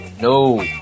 No